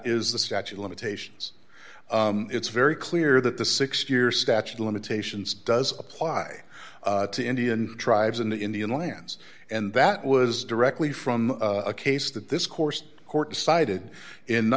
is the statute of limitations it's very clear that the six year statute of limitations does apply to indian tribes and indian lands and that was directly from a case that this course court decided in